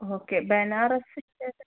okay ബനാറസിൻറേത്